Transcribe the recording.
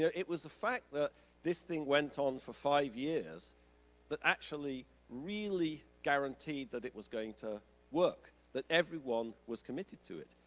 yeah it was the fact that this thing went on for five years that actually really guaranteed that it was going to work, that everyone was committed to it,